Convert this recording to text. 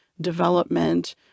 development